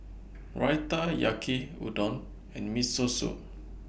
Raita Yaki Udon and Miso Soup